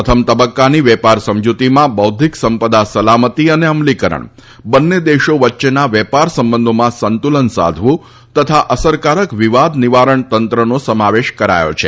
પ્રથમ તબકકાની વેપાર સમજુતીમાં બૌધ્ધિક સંપદા સલામતી અને અમલીકરણ બંને દેશો વચ્ચેના વેપાર સંબંધોમાં સંતુલન સાધવુ તથા અસરકારક વિવાદ નિવારણ તંત્રનો સમાવેશ કરાયો છે